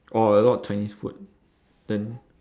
orh a lot of chinese food then